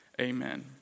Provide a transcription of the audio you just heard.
Amen